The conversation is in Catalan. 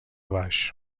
baix